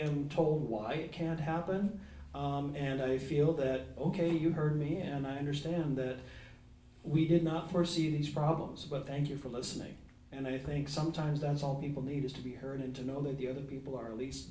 am told why it can't happen and i feel that ok you heard me and i understand that we did not foresee these problems well thank you for listening and i think sometimes that's all people need is to be heard and to know that the other people are at least